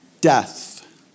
death